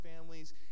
families